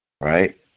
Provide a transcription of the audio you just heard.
right